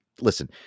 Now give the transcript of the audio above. Listen